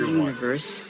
universe